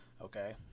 Okay